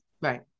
Right